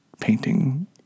painting